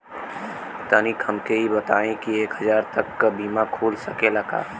तनि हमके इ बताईं की एक हजार तक क बीमा खुल सकेला का?